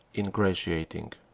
ingratiating.